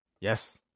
Yes